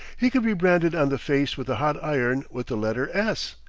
he could be branded on the face with a hot iron with the letter s,